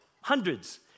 hundreds